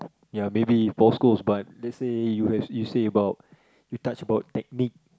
ya maybe Paul-Coles but let's say you touch about technique